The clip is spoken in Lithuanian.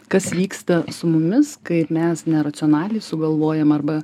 kas vyksta su mumis kaip mes neracionaliai sugalvojam arba